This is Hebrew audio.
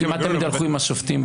כמעט תמיד הלכו עם השופטים בעליון.